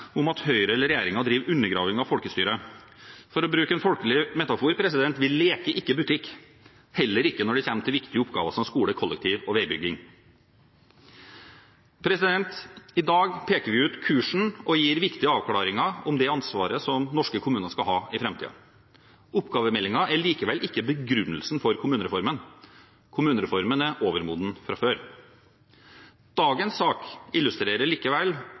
om at Høyre eller regjeringen driver undergraving av fylkeskommunen. For å bruke en folkelig metafor: Vi leker ikke butikk, heller ikke når det kommer til viktige oppgaver som skole, kollektiv og veibygging. I dag peker vi ut kursen og gir viktige avklaringer om det ansvaret som norske kommuner skal ha i framtiden. Oppgavemeldingen er likevel ikke begrunnelsen for kommunereformen. Kommunereformen er overmoden fra før. Dagens sak illustrerer likevel